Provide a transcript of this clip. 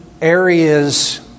areas